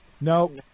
Nope